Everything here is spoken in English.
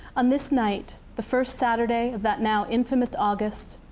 on this night, the first saturday of that now infamous august,